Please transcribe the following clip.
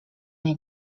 nie